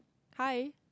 hi